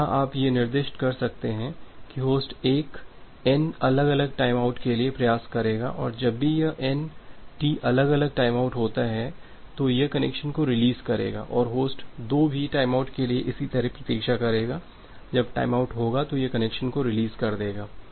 तो यहां आप यह निर्दिष्ट कर सकते हैं कि होस्ट 1 N अलग अलग टाइमआउट के लिए प्रयास करेगा और जब भी यह N T अलग अलग टाइमआउट होता है तो यह कनेक्शन को रिलीज़ करेगा और होस्ट 2 भी टाइमआउट के लिए इसी तरह प्रतीक्षा करेगा जब टाइमआउट होगा तो यह कनेक्शन को रिलीज़ कर देगा